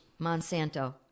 Monsanto